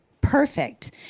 perfect